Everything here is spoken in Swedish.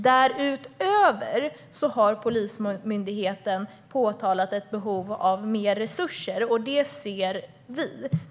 Därutöver har Polismyndigheten framhållit att det finns ett behov av mer resurser.